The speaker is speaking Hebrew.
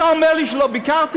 אתה אומר לי שלא ביקרתי?